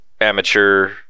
amateur